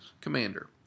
Commander